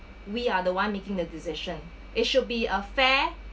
we are the one making the decision it should be a fair